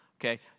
okay